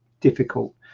difficult